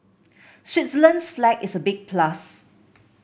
Switzerland's flag is a big plus